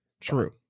True